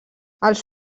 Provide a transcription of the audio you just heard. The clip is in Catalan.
els